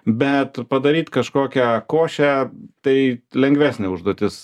bet padaryt kažkokią košę tai lengvesnė užduotis